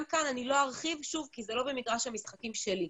גם כאן אני לא ארחיב כי זה לא במגרש המשחקים שלי.